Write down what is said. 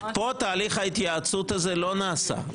פה תהליך ההתייעצות הזה לא נעשה,